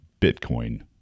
Bitcoin